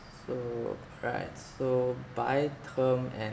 so right so buy term and